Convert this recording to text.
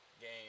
game